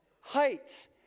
heights